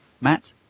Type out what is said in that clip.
Matt